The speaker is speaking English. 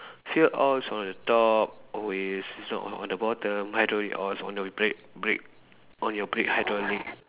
fuel oil is on the top always it's not on on the bottom hydraulic oil is on the brake brake on your brake hydraulic